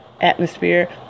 atmosphere